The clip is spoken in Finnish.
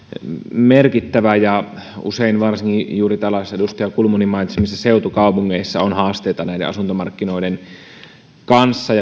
merkittävä ja usein varsinkin juuri tällaisissa edustaja kulmunin mainitsemissa seutukaupungeissa on haasteita asuntomarkkinoiden kanssa